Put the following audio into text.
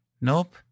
Nope